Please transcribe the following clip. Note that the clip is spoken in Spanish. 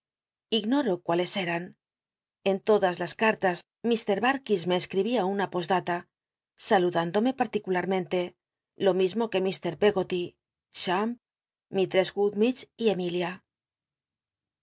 ignoro cuáles cj'nn en todas las carlas ml barkis me csci'ibia una posdata saludándome particularmente lo mismo que ml pcggoly cham mislrcss gummidge y emilia